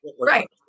right